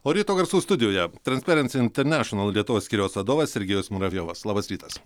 o ryto garsų studijoje transperensy internešenal lietuvos skyriaus vadovas sergejus muravjovas labas rytas